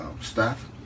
staff